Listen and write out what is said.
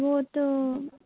वो तो